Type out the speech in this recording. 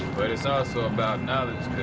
but it's also about knowledge